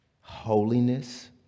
holiness